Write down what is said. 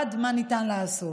בדיעבד מה ניתן לעשות.